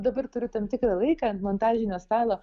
dabar turiu tam tikrą laiką ant montažinio stalo